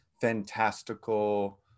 fantastical